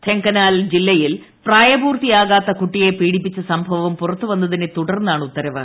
ധെൻഗനൽ ജില്ലയിൽ പ്രായപൂർത്തിയാകാത്ത കുട്ടിയെ പീഡിപ്പിച്ച സംഭവം പുറത്തു വന്നതിനെതുടർന്നാണ് ഉത്തരവ്